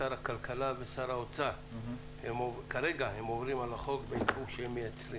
משרד הכלכלה ושר האוצר כרגע עוברים על החוק בעיכוב שהם מייצרים